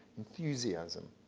enthusiasm.